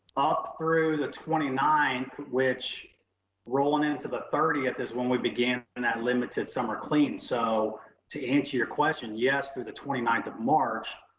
up through the twenty nine, which rolling into the thirtieth is when we began in that limited summer clean. so to answer your question, yes, through the twenty ninth of march,